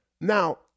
Now